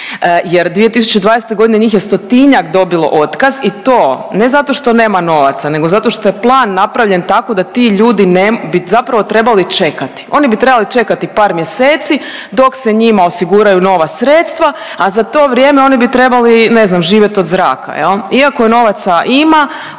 jer 2020.g. njih je stotinjak dobilo otkaz i to ne zato što nema novaca nego što je plan napravljen tako da ti ljudi bi zapravo trebali čekati. Oni bi trebali čekati par mjeseci dok se njima osiguraju nova sredstva, a za to vrijeme oni bi trebali ne znam, živjet od zraka iako novaca ima